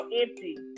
empty